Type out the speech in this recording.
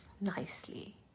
nicely